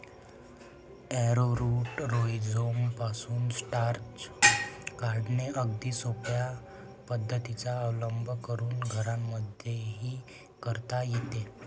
arrowroot राईझोमपासून starch काढणे अगदी सोप्या पद्धतीचा अवलंब करून घरांमध्येही करता येते